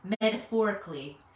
metaphorically